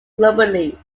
globally